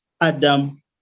Adam